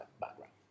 background